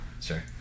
Sure